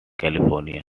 california